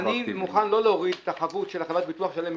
אני מוכן לא להוריד את החבות של חברת הביטוח לשלם מידית.